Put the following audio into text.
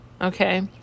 Okay